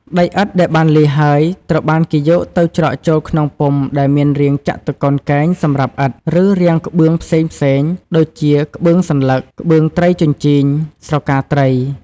ដីឥដ្ឋដែលបានលាយហើយ ត្រូវបានគេយកទៅច្រកចូលក្នុងពុម្ពដែលមានរាងចតុកោណកែងសម្រាប់ឥដ្ឋ ឬរាងក្បឿងផ្សេងៗ ដូចជាក្បឿងសន្លឹក ក្បឿងត្រីជញ្ជីង "ស្រកាត្រី"។